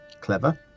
clever